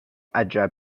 عجب